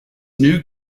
new